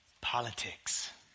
politics